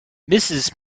mrs